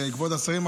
כבוד השרים,